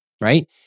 right